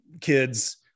kids